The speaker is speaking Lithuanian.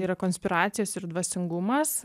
yra konspiracijos ir dvasingumas